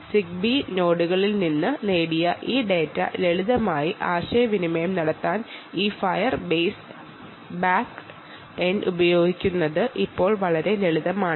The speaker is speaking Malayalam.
സിഗ്ബി നോഡുകളിൽ നിന്ന് നേടിയ ഈ ഡാറ്റ ലളിതമായി കമ്മ്യൂണിക്കേറ്റ് ചെയ്യാൻ ഈ ഫയർ ബേസ് ബാക്ക് എൻഡ് ഉപയോഗിക്കുന്നത് വളരെ നല്ലതാണ്